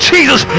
Jesus